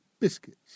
biscuits